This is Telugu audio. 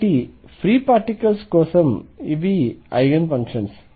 కాబట్టి ఫ్రీ పార్టికల్స్ కోసం ఇవి ఐగెన్ ఫంక్షన్స్